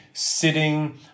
sitting